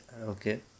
okay